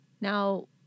Now